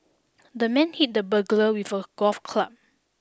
the man hit the burglar with a golf club